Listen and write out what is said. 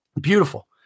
Beautiful